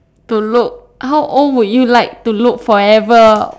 to look how old would you like to look forever